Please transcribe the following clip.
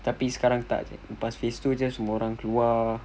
tapi sekarang tak lepas phase two jer semua orang keluar